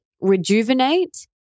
rejuvenate